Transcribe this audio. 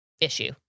issue